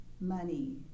money